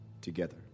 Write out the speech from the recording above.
together